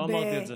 לא אמרתי את זה.